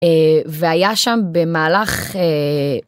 והיה שם במהלך.